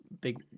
big